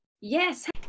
Yes